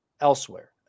elsewhere